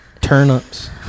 turnips